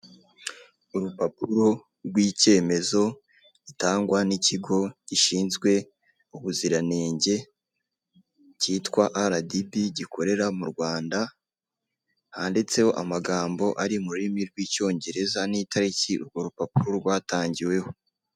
Urupapuro rw'icyemezo gitangwa n'ikigo gishinwe ubuziranenge kitwa aradibi gikorera mu Rwanda, handitseho amagambo ari mu rurimi rw'icyongereza n'itariki urwo rupapuro rwatangiweho.